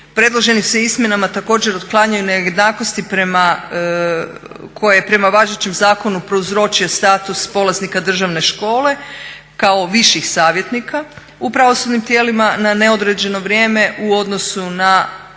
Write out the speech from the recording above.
Predloženim se izmjenama također otklanjaju nejednakosti koje prema važećem zakonu prouzročio status polaznika državne škole kao viših savjetnika u pravosudnim tijelima na neodređeno vrijeme u odnosu na